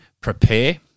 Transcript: prepare